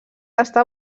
estar